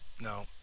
No